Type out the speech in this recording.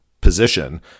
position